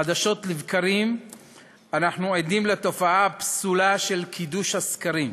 חדשות לבקרים אנחנו עדים לתופעה הפסולה של קידוש הסקרים,